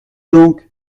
donc